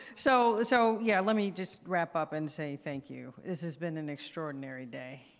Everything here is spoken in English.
so so, yeah, let me just wrap up and say thank you. this has been an extraordinary day.